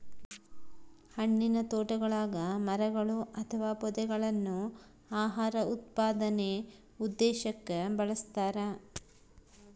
ಹಣ್ಣಿನತೋಟಗುಳಗ ಮರಗಳು ಅಥವಾ ಪೊದೆಗಳನ್ನು ಆಹಾರ ಉತ್ಪಾದನೆ ಉದ್ದೇಶಕ್ಕ ಬೆಳಸ್ತರ